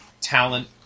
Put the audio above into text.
talent